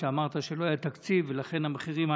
כשאמרת שלא היה תקציב ולכן המחירים.